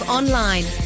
online